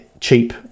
Cheap